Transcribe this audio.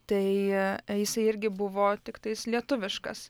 tai jisai irgi buvo tiktais lietuviškas